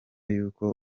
y’uko